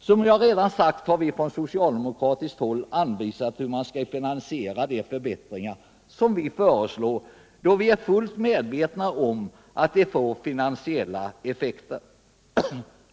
Som jag redan sagt har vi från socialdemokratiskt håll anvisat hur man skall finansiera de förbättringar som vi föreslår, då vi är fullt medvetna om att de får finansiella effekter.